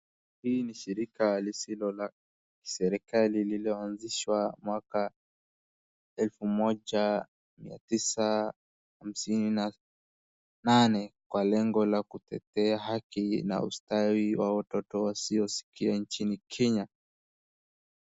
Hii ni shirika lisilo la kiserikali lililo anzishwa mwaka wa elfu moja, mia tisa hamsini na nane, kwa lengo la kutetea haki na ustawi wa watoto wasioskia nchini Kenya.